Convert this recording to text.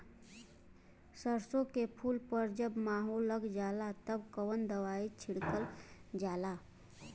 सरसो के फूल पर जब माहो लग जाला तब कवन दवाई छिड़कल जाला?